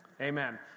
Amen